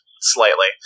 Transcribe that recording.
slightly